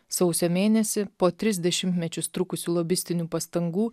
sausio mėnesį po tris dešimtmečius trukusių lobistinių pastangų